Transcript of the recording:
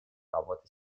работы